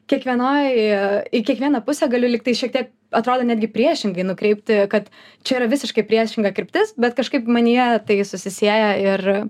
kiekvienoj į kiekvieną pusę galiu lygtai šiek tiek atrodo netgi priešingai nukreipti kad čia yra visiškai priešinga kryptis bet kažkaip manyje tai susisieja ir